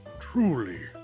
truly